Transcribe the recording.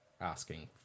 asking